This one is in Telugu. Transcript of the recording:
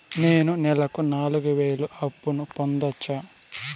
నేను నెలకు నాలుగు వేలు అప్పును పొందొచ్చా?